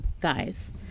guys